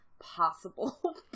possible